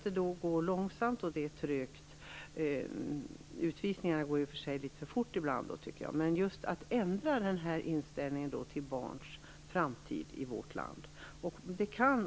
Det går långsamt och trögt - i och för sig går utvisningarna litet för fort ibland - att ändra inställningen till barns framtid i vårt land.